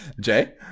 Jay